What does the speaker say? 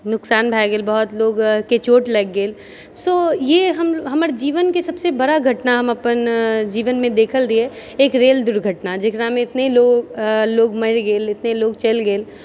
नुकसान भए गेल बहुत लोकलकेँ चोट लागि गेल सो ये हमर जीवनके सबसँ बड़ा घटना हम अपन जीवनमे देखल रहिऐ एक रेल दुर्घटना जकरामे इतने लोक मरि गेल इतने लोक चलि गेल